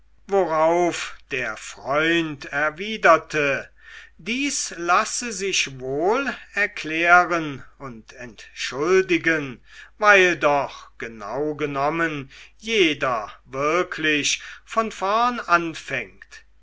worauf der freund erwiderte dies lasse sich wohl erklären und entschuldigen weil doch genau genommen jeder wirklich von vorn anfängt